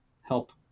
help